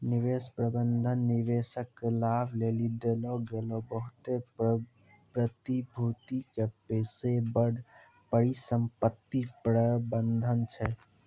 निवेश प्रबंधन निवेशक के लाभ लेली देलो गेलो बहुते प्रतिभूति के पेशेबर परिसंपत्ति प्रबंधन छै